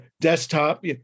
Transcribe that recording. desktop